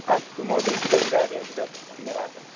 अस्तु महोदय गजराज् एव ददातु धन्यवादः